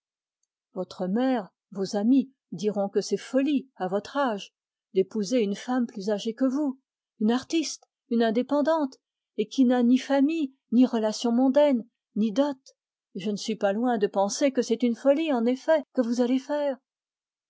votre mère vos amis diront que c'est folie à votre âge d'épouser une femme plus âgée que vous une artiste une indépendante et qui n'a ni famille ni relations mondaines ni dot et je ne suis pas loin de penser que c'est une folie en effet que vous allez faire